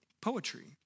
Poetry